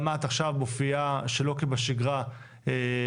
גם את עכשיו מופיעה שלא כבשגרה באמצעים